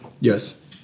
Yes